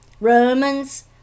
Romans